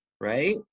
right